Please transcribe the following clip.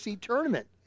tournament